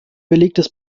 belegtes